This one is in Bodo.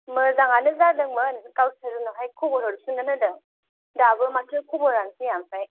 मोजाङानो जादोंमोन गावसोर उनावहाय खबर हरफिननो होनदों दाबो माथो खबरानो फैया आमफ्राय